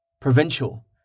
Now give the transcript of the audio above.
provincial